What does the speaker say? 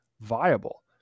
viable